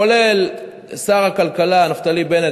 כולל שר הכלכלה נפתלי בנט,